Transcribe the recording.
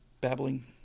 babbling